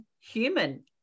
human